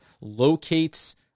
locates